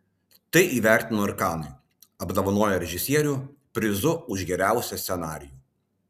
tai įvertino ir kanai apdovanoję režisierių prizu už geriausią scenarijų